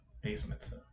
basements